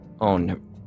own